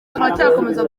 turacyakomeza